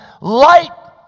light